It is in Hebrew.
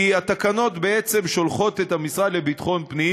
כי התקנות בעצם שולחות את המשרד לביטחון פנים